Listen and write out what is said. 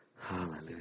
Hallelujah